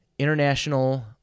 International